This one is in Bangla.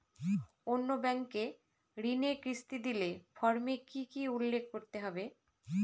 অন্য ব্যাঙ্কে ঋণের কিস্তি দিলে ফর্মে কি কী উল্লেখ করতে হবে?